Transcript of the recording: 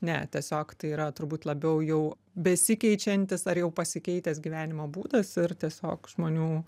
ne tiesiog tai yra turbūt labiau jau besikeičiantis ar jau pasikeitęs gyvenimo būdas ir tiesiog žmonių